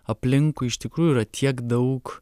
aplinkui iš tikrųjų yra tiek daug